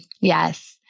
Yes